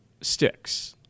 sticks